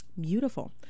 beautiful